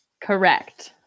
correct